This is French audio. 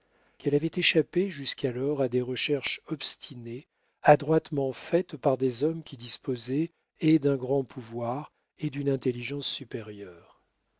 qu'elle avait échappé jusqu'alors à des recherches obstinées adroitement faites par des hommes qui disposaient et d'un grand pouvoir et d'une intelligence supérieure